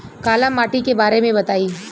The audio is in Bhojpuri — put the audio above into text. काला माटी के बारे में बताई?